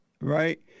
Right